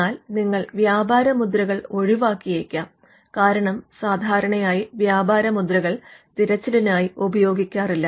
എന്നാൽ നിങ്ങൾ വ്യപാരമുദ്രകൾ ഒഴിവാക്കിയേക്കാം കാരണം സാധാരണയായി വ്യാപാരമുദ്രകൾ തിരച്ചിലിനായി ഉപയോഗിക്കാറില്ല